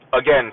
again